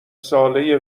ساله